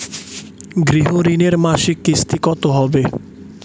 গৃহ ঋণের মাসিক কিস্তি কত হবে?